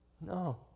No